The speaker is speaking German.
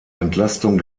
entlastung